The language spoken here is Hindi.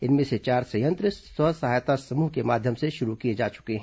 इनमें से चार संयंत्र स्व सहायता समूह के माध्यम से शुरू किए जा चुके हैं